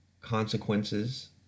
consequences